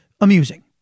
amusing